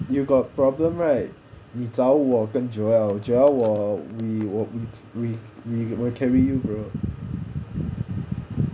you got problem right 你找我跟 joel joel 我 we will we will carry you bro